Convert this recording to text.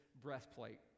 breastplate